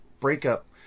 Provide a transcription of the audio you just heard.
breakup